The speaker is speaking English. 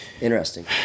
Interesting